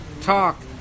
talk